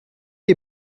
les